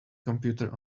computer